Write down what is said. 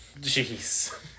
Jeez